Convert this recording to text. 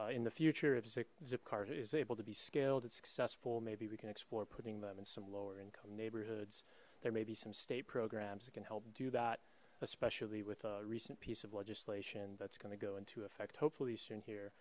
so in the future if zipcars is able to be scaled it's successful maybe we can explore putting them and some lower income neighborhoods there maybe some state programs that can help do that especially with a recent piece of legislation that's going to go into effect hopefully soon here